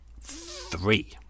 Three